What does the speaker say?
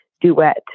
duet